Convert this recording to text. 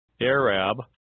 Arab